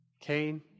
Cain